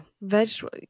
Vegetable